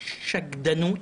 שקדנות,